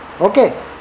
Okay